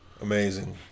Amazing